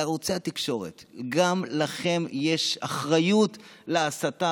לערוצי התקשורת: גם לכם יש אחריות להסתה